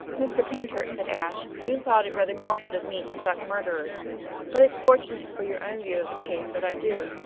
mr. paynter, said ashe, you thought it rather morbid of me to collect murderers but it's fortunate for your own view of the case that i do.